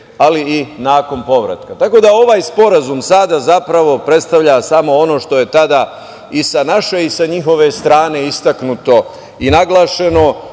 ali i nakon povratka. Ovaj sporazum sada zapravo predstavlja samo ono što je tada i sa naše i sa njihove strane istaknuto i naglašeno